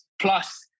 Plus